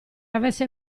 avesse